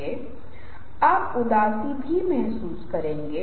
या लगता है कि इसका लंबा उबाऊ सत्र वे इससे बाहर जाना चाहते हैं